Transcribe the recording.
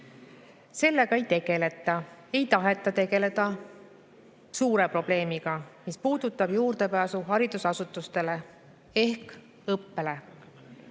tegeleta. Ei taheta tegeleda suure probleemiga, mis puudutab juurdepääsu haridusasutustele ehk õppele.